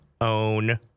own